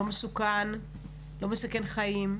לא מסוכן ולא מסכן חיים,